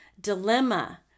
dilemma